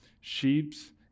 Sheeps